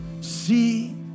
see